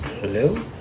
Hello